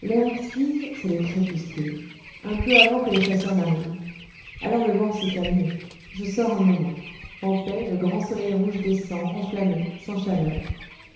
l'heure exquise c'est le crépuscule un peu avant que les chasseurs n'arrivent alors le vent s'est calmé je sors un moment en paix le grand soleil rouge descend enflammé sans chaleur